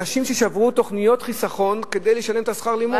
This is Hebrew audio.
אנשים שברו תוכניות חיסכון כדי לשלם את שכר הלימוד.